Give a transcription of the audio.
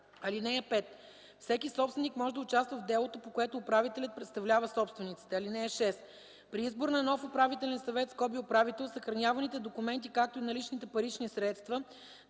(5) Всеки собственик може да участва в делото, по което управителят представлява собствениците. (6) При избор на нов управителен съвет (управител) съхраняваните документи, както и наличните парични средства,